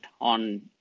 on